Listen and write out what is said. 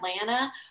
Atlanta